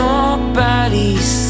Nobody's